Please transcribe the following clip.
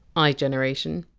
igeneration,